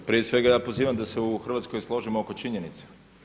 Pa prije svega ja pozivam da se u Hrvatskoj složimo oko činjenice.